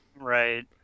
Right